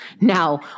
Now